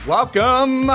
Welcome